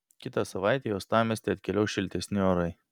kitą savaitę į uostamiestį atkeliaus šiltesni orai